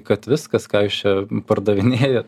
kad viskas ką jūs čia pardavinėjat